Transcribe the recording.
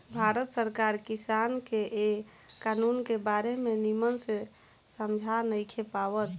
भारत सरकार किसान के ए कानून के बारे मे निमन से समझा नइखे पावत